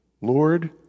Lord